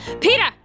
Peter